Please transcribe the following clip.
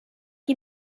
you